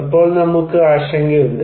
അപ്പോൾ നമുക്ക് ആശങ്കയുണ്ട്